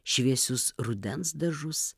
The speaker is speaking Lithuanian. šviesius rudens dažus